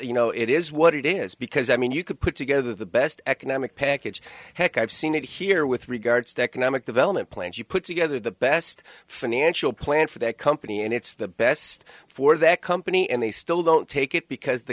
you know it is what it is because i mean you could put together the best economic package heck i've seen it here with regards to economic development plans you put together the best financial plan for that company and it's the best for that company and they still don't take it because the